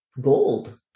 gold